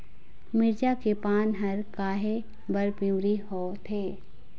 मिरचा के पान हर काहे बर पिवरी होवथे?